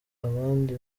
abandi